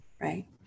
Right